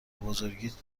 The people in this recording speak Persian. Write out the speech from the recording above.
بزرگیت